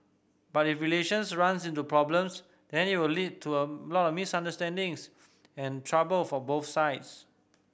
but if relations runs into problems then it will lead to a lot of misunderstandings and trouble for both sides